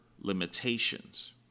limitations